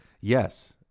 Yes